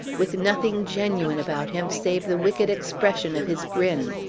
with nothing genuine about him save the wicked expression of his grin.